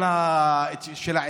זה בקושי מכסה, אולי את השכירות של העסק.